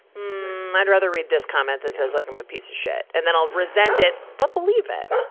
hmm, i'd rather read this comment that says like i'm a piece of shit. and then i'll resent it, but believe it,